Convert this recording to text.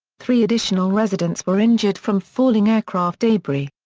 three additional residents were injured from falling aircraft debris.